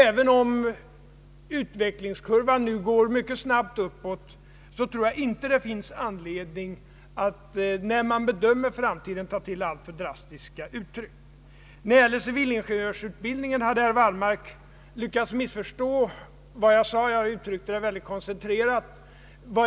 även om utvecklingskurvan nu går mycket snabbt uppåt tror jag inte det finns någon anledning att vid en bedömning av framtiden ta till alltför drastiska uttryck. När det gäller civilingenjörsutbildningen hade herr Wallmark lyckats missförstå vad jag sade. Jag uttryckte mig mycket koncentrerat.